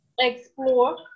Explore